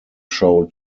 show